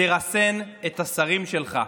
תרסן את השרים שלך.